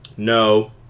No